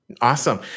Awesome